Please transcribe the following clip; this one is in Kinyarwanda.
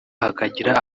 hakagira